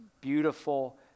beautiful